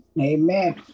Amen